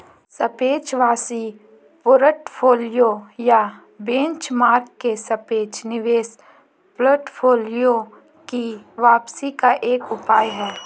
सापेक्ष वापसी पोर्टफोलियो या बेंचमार्क के सापेक्ष निवेश पोर्टफोलियो की वापसी का एक उपाय है